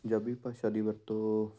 ਪੰਜਾਬੀ ਭਾਸ਼ਾ ਦੀ ਵਰਤੋਂ